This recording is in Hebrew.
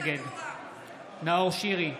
נגד נאור שירי,